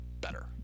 better